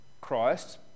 Christ